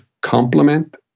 complement